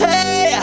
Hey